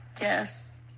yes